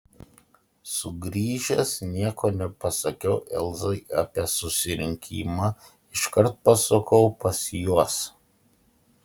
sugrįžęs nieko nepasakiau elzai apie susirinkimą iškart pasukau pas juos